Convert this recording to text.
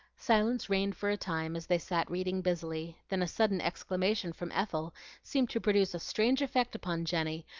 silence reigned for a time, as they sat reading busily then a sudden exclamation from ethel seemed to produce a strange effect upon jenny,